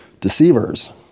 deceivers